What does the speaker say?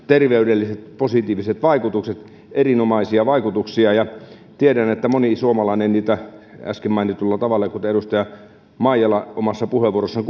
terveydelliset vaikutukset erinomaisia vaikutuksia ja tiedän että moni suomalainen äsken mainitulla tavalla kuten edustaja maijala omassa puheenvuorossaan